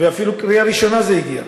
ואפילו לקריאה ראשונה זה הגיע.